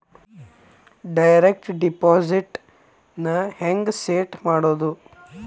Direct deposit ನ ಹೆಂಗ್ set ಮಾಡೊದು?